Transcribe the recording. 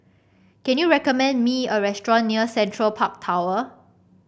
can you recommend me a restaurant near Central Park Tower